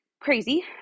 crazy